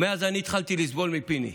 מאז אני התחלתי "לסבול" מפיני.